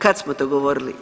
Kad smo to govorili?